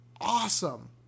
awesome